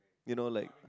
you know like